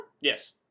yes